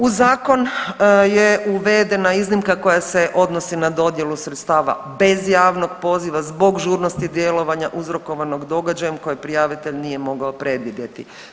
Uz zakon je uvedena iznimka koja se odnosi na dodjelu sredstava bez javnog poziva zbog žurnosti djelovanja uzrokovanog događajem kojeg prijavitelj nije mogao predvidjeti.